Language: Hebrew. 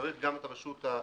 צריך גם את הרשות הספציפית.